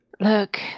Look